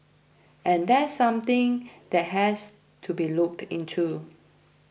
and that's something that has to be looked into